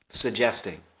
suggesting